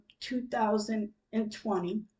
2020